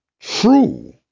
true